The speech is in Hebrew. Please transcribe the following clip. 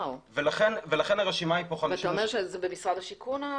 אתה אומר שהדו"ח הזה במשרד השיכון?